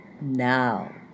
now